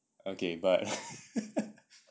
okay but